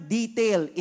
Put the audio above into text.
detail